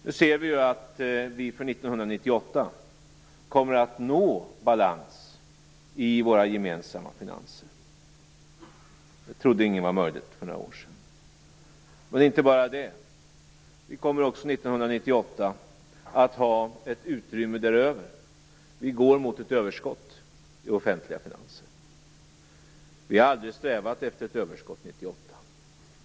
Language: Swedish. Nu ser vi att vi för 1998 kommer att nå balans i våra gemensamma finanser. Det trodde ingen var möjligt för några år sedan. Men inte bara det, vi kommer också 1998 att ha ett utrymme därutöver. Vi går mot ett överskott i de offentliga finanserna. Vi har aldrig strävat efter ett överskott 1998.